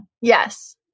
Yes